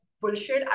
bullshit